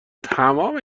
تمام